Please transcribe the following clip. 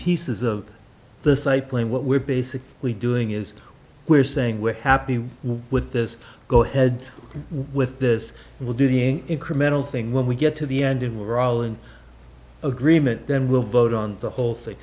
pieces of the psi plan what we're basically doing is we're saying we're happy with this go ahead with this we'll do the incremental thing when we get to the end of we're all in agreement then we'll vote on the whole thing